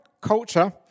culture